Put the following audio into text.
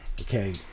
Okay